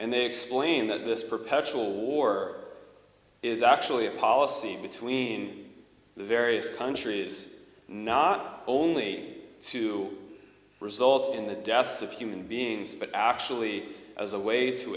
and they explain that this perpetual war is actually a policy between the various countries not only to result in the deaths of human beings but actually as a way to